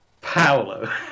Paolo